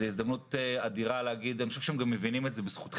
זו הזדמנות אדירה להגיד אני חושב שהם גם מבינים את זה זה בזכותכם,